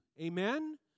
Amen